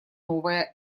новая